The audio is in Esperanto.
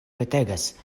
petegas